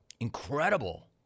incredible